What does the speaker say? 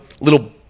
little